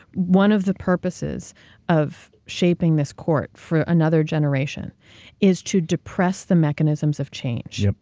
one of the purposes of shaping this court for another generation is to depress the mechanisms of change. yup.